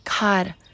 God